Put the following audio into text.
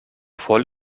voll